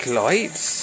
lights